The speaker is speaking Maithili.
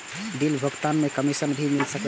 बिल भुगतान में कमिशन भी मिले छै?